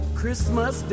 Christmas